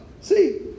See